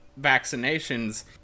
vaccinations